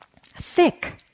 thick